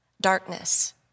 darkness